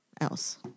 else